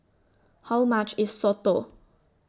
How much IS Soto